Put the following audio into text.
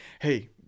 hey